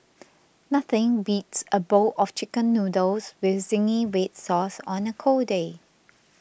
nothing beats a bowl of Chicken Noodles with Zingy Red Sauce on a cold day